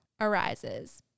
Arises